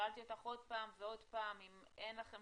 ושאלתי אותך עוד פעם ועוד פעם אם אין לכם